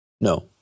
no